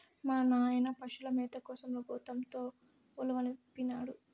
మా నాయన పశుల మేత కోసం గోతంతో ఉలవనిపినాడు